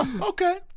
okay